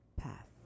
path